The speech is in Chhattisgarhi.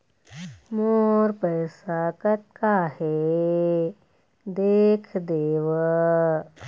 मोर पैसा कतका हे देख देव?